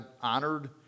honored